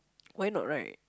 why not right